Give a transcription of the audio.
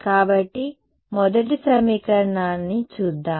కాబట్టి మొదటి సమీకరణాన్ని చూద్దాం